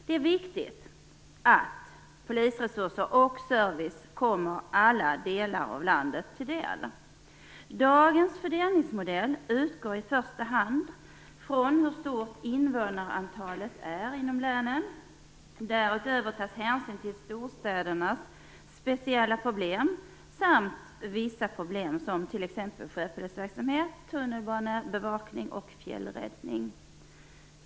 Det är viktigt att polisens resurser och service kommer alla delar av landet till del. Dagens fördelningsmodell utgår i första hand från hur stort invånarantalet är inom länen. Därutöver tas hänsyn till storstädernas speciella problem samt till vissa problem som t.ex. sjöpolisverksamhet, tunnelbanebevakning och fjällräddning.